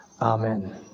amen